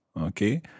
Okay